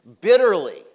Bitterly